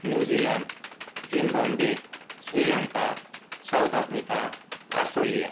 New Zealand Zimbabwe Sri Lanka South Africa Australia